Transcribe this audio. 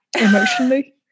Emotionally